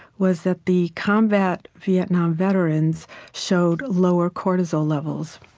was that the combat vietnam veterans showed lower cortisol levels.